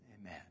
Amen